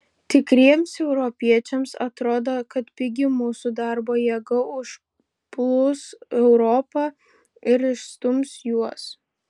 tikriesiems europiečiams atrodo kad pigi mūsų darbo jėga užplūs europą ir išstums juos